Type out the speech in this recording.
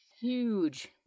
Huge